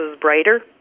brighter